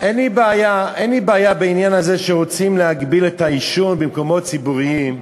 אין לי בעיה בעניין הזה שרוצים להגביל את העישון במקומות ציבוריים.